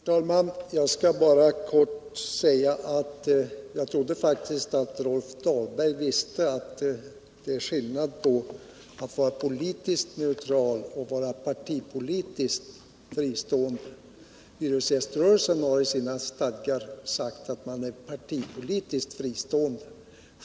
Herr talman! Jag skall bara kort säga att jag faktiskt trodde att Rolf Dahlberg visste att det är skillnad mellan att vara politiskt neutral och att vara partipolitiskt fristående. Hyresgäströrelsen har i sina stadgar sagt att man är partipolitiskt fristående.